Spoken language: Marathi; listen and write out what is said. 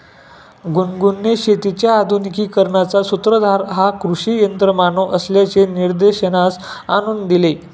गुनगुनने शेतीच्या आधुनिकीकरणाचा सूत्रधार हा कृषी यंत्रमानव असल्याचे निदर्शनास आणून दिले